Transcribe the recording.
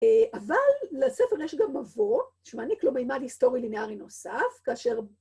אבל לספר יש גם מבוא שמעניק לו מימד היסטורי לינארי נוסף, כאשר...